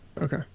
Okay